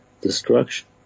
destruction